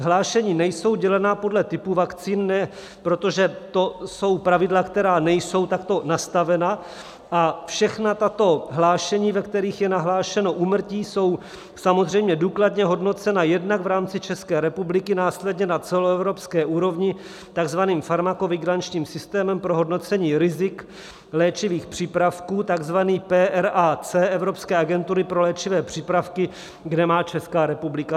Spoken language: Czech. Hlášení nejsou dělena podle typu vakcíny, protože to jsou pravidla, která nejsou takto nastavena, a všechna tato hlášení, ve kterých je nahlášeno úmrtí, jsou samozřejmě důkladně hodnocena jednak v rámci České republiky, následně na celoevropské úrovni takzvaným farmakovigilančním systémem pro hodnocení rizik léčivých přípravků, takzvaným PRAC, Evropské agentury pro léčivé přípravky, kde má Česká republika zástupce.